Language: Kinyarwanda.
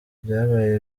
byabaye